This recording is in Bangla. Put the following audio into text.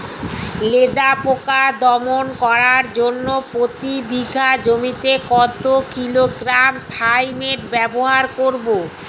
লেদা পোকা দমন করার জন্য প্রতি বিঘা জমিতে কত কিলোগ্রাম থাইমেট ব্যবহার করব?